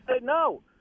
no